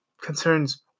concerns